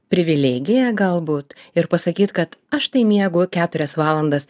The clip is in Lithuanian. privilegija galbūt ir pasakyt kad aš miegu keturias valandas